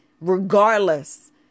regardless